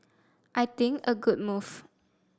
I think a good move